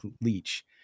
Leach